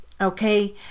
okay